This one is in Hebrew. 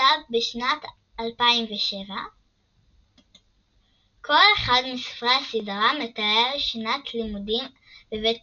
יצא בשנת 2007. כל אחד מספרי הסדרה מתאר שנת לימודים בבית